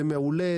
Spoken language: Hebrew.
זה מעולה,